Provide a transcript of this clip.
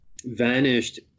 vanished